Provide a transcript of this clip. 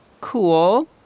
Cool